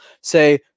say